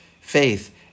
faith